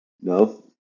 No